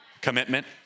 commitment